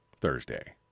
Thursday